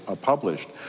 published